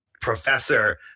professor